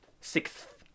Sixth